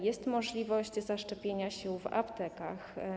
Jest możliwość zaszczepienia się w aptekach.